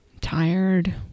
Tired